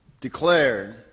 declared